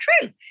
true